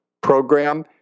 program